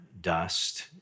dust